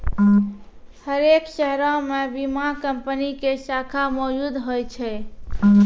हरेक शहरो मे बीमा कंपनी के शाखा मौजुद होय छै